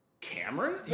Cameron